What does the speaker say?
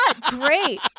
great